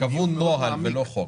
קבעו נוהל ולא חוק.